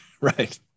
Right